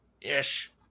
Ish